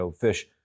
fish